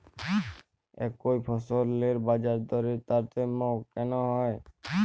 একই ফসলের বাজারদরে তারতম্য কেন হয়?